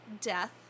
Death